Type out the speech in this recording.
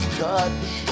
touch